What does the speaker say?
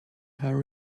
her